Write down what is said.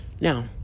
Now